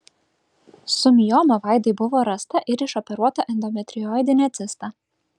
su mioma vaidai buvo rasta ir išoperuota endometrioidinė cista